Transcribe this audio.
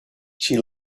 she